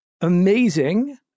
amazing